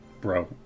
bro